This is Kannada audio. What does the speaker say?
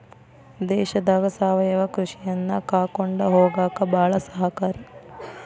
ದೇಶದಾಗ ಸಾವಯವ ಕೃಷಿಯನ್ನಾ ಕಾಕೊಂಡ ಹೊಗಾಕ ಬಾಳ ಸಹಕಾರಿ